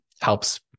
helps